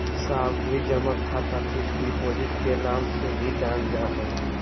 सावधि जमा खाता फिक्स्ड डिपॉजिट के नाम से भी जानल जा हय